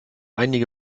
einige